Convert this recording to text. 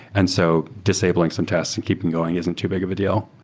and so disabling some tests and keep them going isn't too big of a deal.